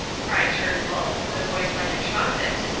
cried turnbull, with a voice like a trumpet,